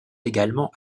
également